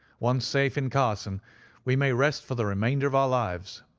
once safe in carson we may rest for the remainder of our lives.